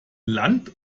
land